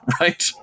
right